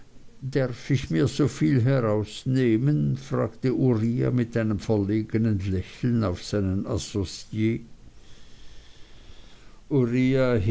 derf ich mir soviel herausnehmen fragte uriah mit einem verlegnen lächeln auf seinen associe uriah